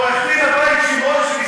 עורך-דין הבית שמרון,